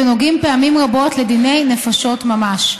ונוגעים פעמים רבות לדיני נפשות ממש.